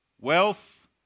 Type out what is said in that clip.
wealth